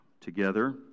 together